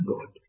God